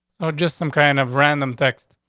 no, just some kind of random texts.